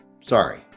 sorry